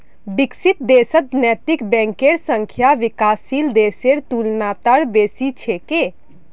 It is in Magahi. विकसित देशत नैतिक बैंकेर संख्या विकासशील देशेर तुलनात बेसी छेक